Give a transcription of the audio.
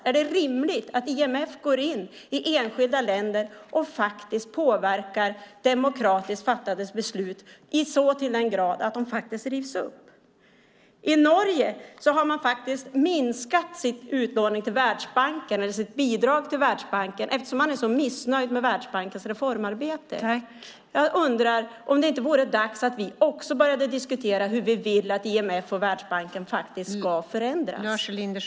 Är det rimligt att IMF går in i enskilda länder och påverkar demokratiskt fattade beslut så till den grad att de faktiskt rivs upp? I Norge har man minskat sitt bidrag till Världsbanken eftersom man är så missnöjd med Världsbankens reformarbete. Jag undrar om det inte vore dags att vi också började diskutera hur vi vill att IMF och Världsbanken ska förändras.